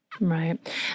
Right